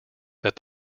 that